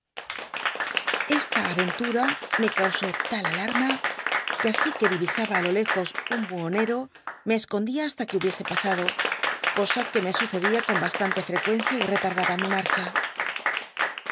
esta aycntura me causó tal alarma que así que divisaba i lo lejos un buhone r o me escondía hasta que hubiese pasado cosa que me sucedia con bastante frecuencia y retardaba mi marcha